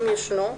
אם ישנו,